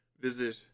visit